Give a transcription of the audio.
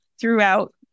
throughout